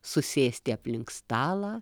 susėsti aplink stalą